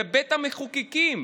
בבית המחוקקים,